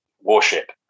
warship